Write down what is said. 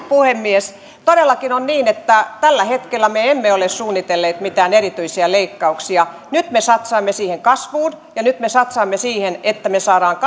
puhemies todellakin on niin että tällä hetkellä me emme ole suunnitelleet mitään erityisiä leikkauksia nyt me satsaamme siihen kasvuun ja nyt me satsaamme siihen että me saamme